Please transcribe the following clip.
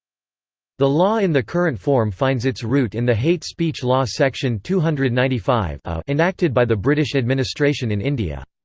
the law in the current form finds its root in the hate speech law section two hundred and ninety five a enacted by the british administration in india.